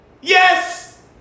Yes